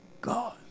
God